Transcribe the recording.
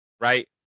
right